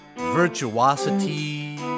virtuosity